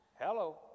Hello